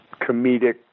comedic